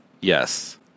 Yes